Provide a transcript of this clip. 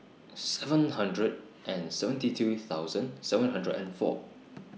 seven hundred and seventy two thousand seven hundred and four